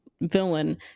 villain